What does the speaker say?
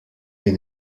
est